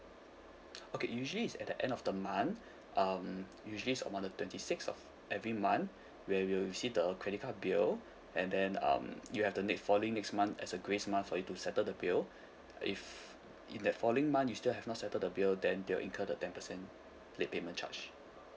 okay usually it's at the end of the month um usually it's on the twenty sixth of every month where you'll receive the credit card bill and then um you have the ne~ following next month as a grace month for you to settle the bill if in that following month you still have not settle the bill then they'll incur the ten percent late payment charge